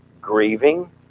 grieving